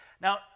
Now